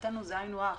מבחינתו זה היינו הך.